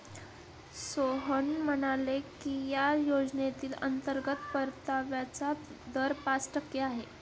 सोहन म्हणाले की या योजनेतील अंतर्गत परताव्याचा दर पाच टक्के आहे